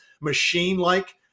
machine-like